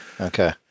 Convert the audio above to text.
Okay